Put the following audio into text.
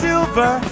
Silver